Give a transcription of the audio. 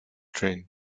train